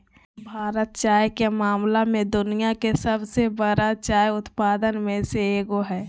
भारत चाय के मामला में दुनिया के सबसे बरा चाय उत्पादक में से एगो हइ